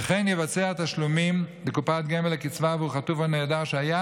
וכן יבצע תשלומים לקופת גמל לקצבה עבור חטוף או נעדר שהיה